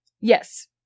Yes